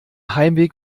heimweg